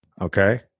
Okay